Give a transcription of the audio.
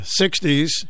60s